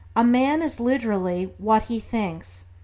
a man is literally what he thinks,